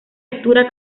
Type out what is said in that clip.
lectura